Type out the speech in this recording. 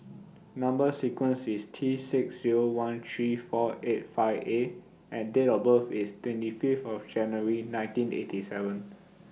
Number sequence IS T six Zero one three four eight five A and Date of birth IS twenty Fifth of January nineteen eighty seven